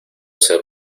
ser